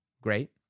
great